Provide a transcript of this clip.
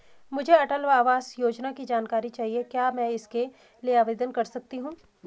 मुझे अटल आवास योजना की जानकारी चाहिए क्या मैं इसके लिए आवेदन कर सकती हूँ?